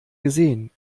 gesehen